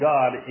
God